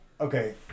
okay